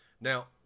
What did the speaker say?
Now